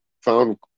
found